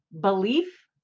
belief